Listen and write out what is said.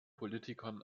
politikern